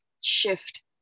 shift